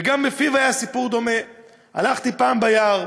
וגם בפיו היה סיפור דומה: הלכתי פעם ביער,